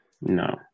no